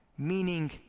meaning